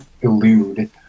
elude